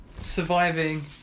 surviving